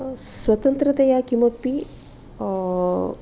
स्वतन्त्रतया किमपि